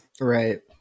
Right